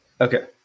Okay